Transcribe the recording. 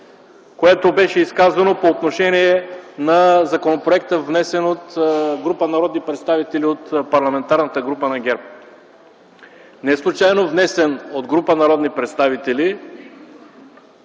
което беше изказано по отношение законопроекта, внесен от група народни представители от Парламентарната група на ГЕРБ, неслучайно внесен от група народни представители